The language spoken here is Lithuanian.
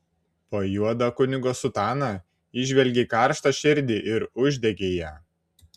po juoda kunigo sutana įžvelgei karštą širdį ir uždegei ją